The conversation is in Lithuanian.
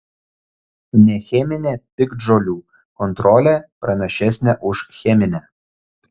necheminė piktžolių kontrolė pranašesnė už cheminę